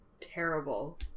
terrible